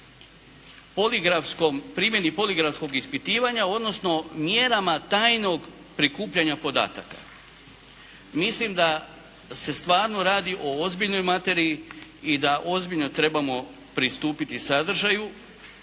primjeni poligrafskog ispitivanja, odnosno mjerama tajnog prikupljanja podataka. Mislim da se stvarno radi o ozbiljnoj materiji i da ozbiljno trebamo pristupiti sadržaju